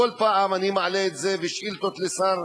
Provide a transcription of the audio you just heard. כל פעם אני מעלה את זה, ושאילתות לשר